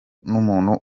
n’umuntu